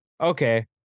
Okay